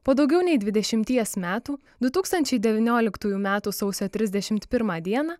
po daugiau nei dvidešimties metų du tūkstančiai devynioliktųjų metų sausio trisdešimt pirmą dieną